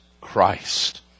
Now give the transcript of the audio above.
Christ